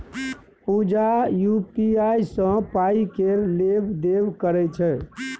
पुजा UPI सँ पाइ केर लेब देब करय छै